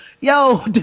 yo